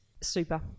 Super